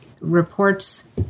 reports